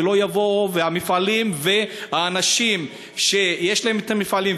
ולא יבואו המפעלים והאנשים שיש להם מפעלים,